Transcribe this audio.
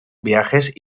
viajes